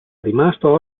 rimasto